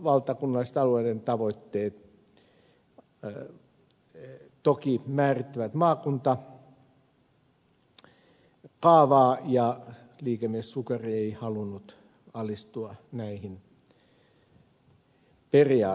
valtakunnallisten alueiden tavoitteet toki määrittävät maakuntakaavaa ja liikemies sukari ei halunnut alistua näihin periaatteisiin